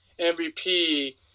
MVP